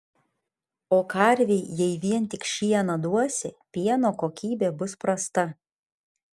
o karvei jei vien tik šieną duosi pieno kokybė bus prasta